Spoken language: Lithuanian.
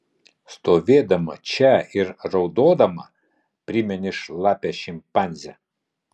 stovėdama čia ir raudodama primeni šlapią šimpanzę